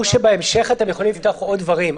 שבהמשך אתם יכולים לפתוח עוד דברים.